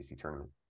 tournament